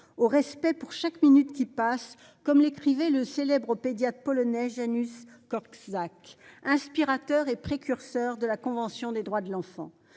au respect pour chaque minute qui passe, comme l'écrivait le célèbre au pédiatre polonais Janusz Korczak inspirateur et précurseur de la convention des droits de l'enfant.